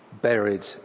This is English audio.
buried